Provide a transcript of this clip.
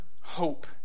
hope